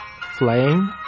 flame